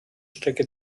strecke